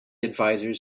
advisors